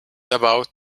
about